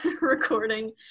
recording